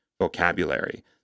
vocabulary